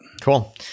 Cool